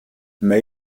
made